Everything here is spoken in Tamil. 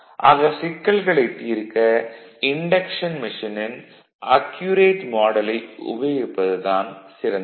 ஆக சிக்கல்களைத் தீர்க்க இன்டக்ஷன் மெஷினின் அக்யூரேட் மாடலை உபயோகிப்பது தான் சிறந்தது